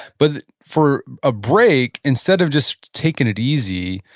but for a break, instead of just taking it easy,